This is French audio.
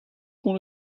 qu’on